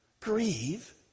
grieve